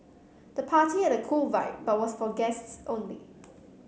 the party had a cool vibe but was for guests only